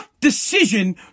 decision